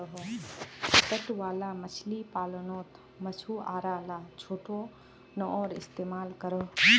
तट वाला मछली पालानोत मछुआरा ला छोटो नओर इस्तेमाल करोह